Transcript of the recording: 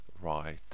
right